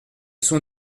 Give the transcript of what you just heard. sont